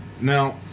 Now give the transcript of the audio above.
Now